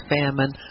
famine